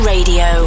Radio